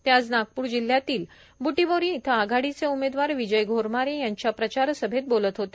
ते आज नागप्र जिल्ह्यातील ब्टीबोरी इथं आघाडीचे उमेदवार विजय घोरमारे यांच्या प्रचार सभेत बोलत होते